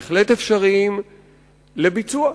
בהחלט אפשריים לביצוע.